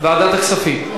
ועדת הכספים.